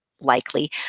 likely